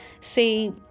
see